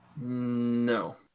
No